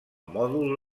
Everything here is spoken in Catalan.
mòdul